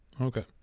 okay